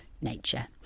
nature